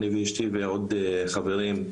אני ואשתי ועוד כמה חברים,